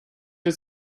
his